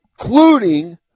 including